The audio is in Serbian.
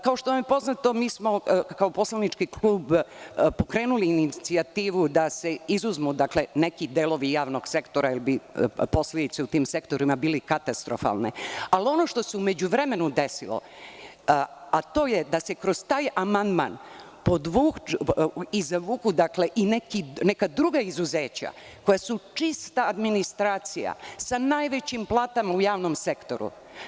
Kao što vam je poznato, mi smo kao poslanički klub pokrenuli inicijativu da se izuzmu neki delovi javnog sektora, jer bi posledice u tim sektorima bile katastrofalne, ali ono što se u međuvremenu desilo, to je da se kroz taj amandman izvuku i neka druga izuzeća koja su čista administracija, sa najvećim platama u javnom sektoru.